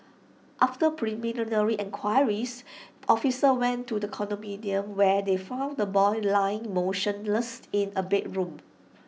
after preliminary enquiries officers went to the condominium where they found the boy lying motionless in A bedroom